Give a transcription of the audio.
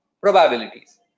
probabilities